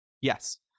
Yes